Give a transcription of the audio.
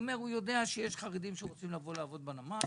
הוא אמר שיודע שיש חרדים שרוצים לבוא לעבוד בנמל,